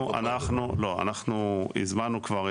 אנחנו הזמנו כבר.